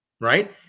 Right